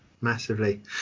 Massively